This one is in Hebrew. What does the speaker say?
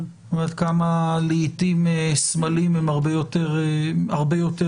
כלומר כמה לעתים סמלים הם הרבה יותר מסמלים.